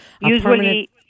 Usually